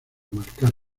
marcar